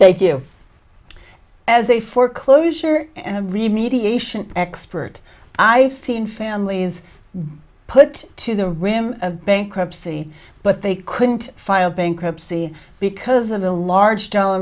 thank you as a foreclosure and a real mediation expert i've seen families put to the rim of bankruptcy but they couldn't file bankruptcy because of the large dollar